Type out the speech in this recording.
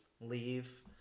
leave